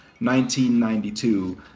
1992